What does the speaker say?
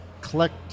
collect